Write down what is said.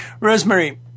Rosemary